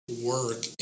work